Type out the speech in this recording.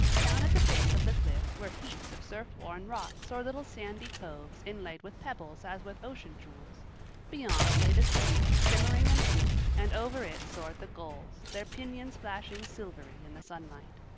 down at the base of the cliffs were heaps of surf-worn rocks or little sandy coves inlaid with pebbles as with ocean jewels beyond lay the sea, shimmering and blue, and over it soared the gulls, their pinions flashing silvery in the sunlight.